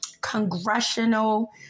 congressional